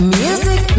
music